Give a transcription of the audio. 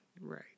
Right